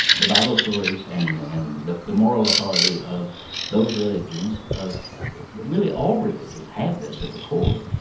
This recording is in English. the bible stories and and the the moral authority of those religions of. but really all religions have this at the core,